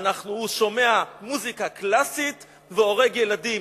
"הוא שומע מוזיקה קלאסית והורג ילדים".